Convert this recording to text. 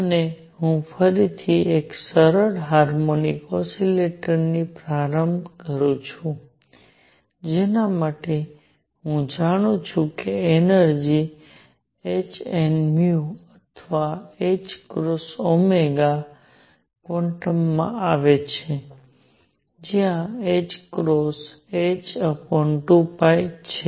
અને હું ફરીથી એક સરળ હાર્મોનિક ઓસિલેટરથી પ્રારંભ કરું છું જેના માટે હું જાણું છું કે એનર્જિ h nu અથવા h ક્રોસ ઓમેગાના ક્વોન્ટમમાં આવે છે જ્યાં h ક્રોસ h2π છે